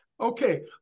Okay